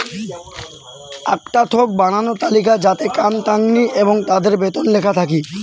আকটা থোক বানানো তালিকা যাতে কাম তাঙনি এবং তাদের বেতন লেখা থাকি